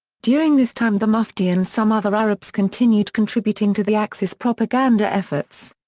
during this time the mufti and some other arabs continued contributing to the axis propaganda efforts.